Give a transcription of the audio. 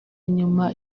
nyuma